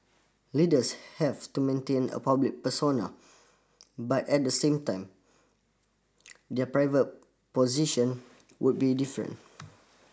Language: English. leaders have to maintain a public persona but at the same time their private position would be different